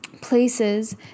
places